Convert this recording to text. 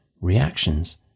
reactions